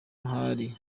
hari